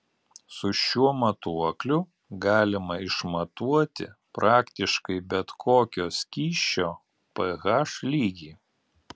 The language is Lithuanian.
su šiuo matuokliu galima išmatuoti praktiškai bet kokio skysčio ph lygį